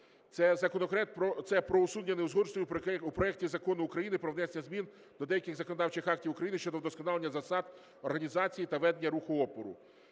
Це про усунення неузгодженості у проекті Закону України про внесення змін до деяких законодавчих актів України щодо вдосконалення засад організації та ведення руху опору.